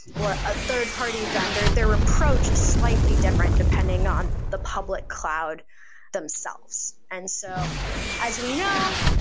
or a third party vendor, their approach is slightly different depending on the public cloud themselves. and so as we know,